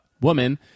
woman